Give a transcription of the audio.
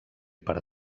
per